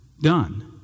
done